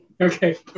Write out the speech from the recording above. Okay